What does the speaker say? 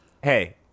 Hey